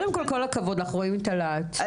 כל הכבוד לך, מרגישים את הלהט.